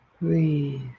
Breathe